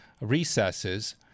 recesses